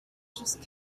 just